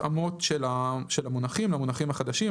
של המונחים למונחים החדשים,